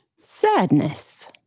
Sadness